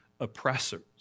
oppressors